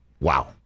Wow